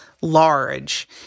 large